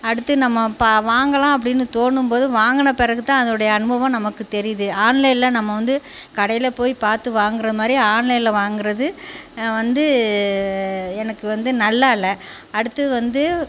அடுத்து நம்ம பா வாங்கலாம் அப்படின்னு தோணும்போது வாங்கின பிறகுதான் அதோடைய அனுபவம் நமக்கு தெரியுது ஆன்லைனில் நம்ம வந்து கடையில் போய் பார்த்து வாங்குகிற மாதிரி ஆன்லைனில் வாங்குகிறது வந்து எனக்கு வந்து நல்லாயில்ல அடுத்தது வந்து